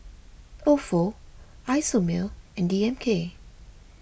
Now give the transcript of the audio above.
Ofo Isomil and D M K